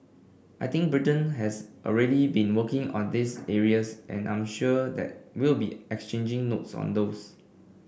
I think Britain has already been working on these areas and I'm sure that we'll be exchanging notes on those